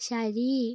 ശരി